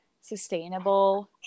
sustainable